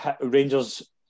Rangers